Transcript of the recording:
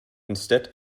instead